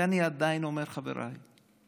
ואני עדיין אומר "חבריי"